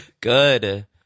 Good